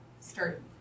start